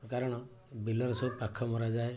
କାରଣ ବିଲରେ ସବୁ ପାଖ ମରାଯାଏ